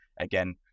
again